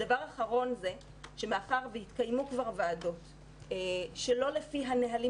דבר אחרון הוא שמאחר שכבר התקיימו ועדות שלא לפי הנהלים